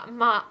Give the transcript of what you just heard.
ma